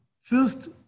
first